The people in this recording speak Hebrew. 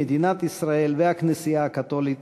מדינת ישראל והכנסייה הקתולית,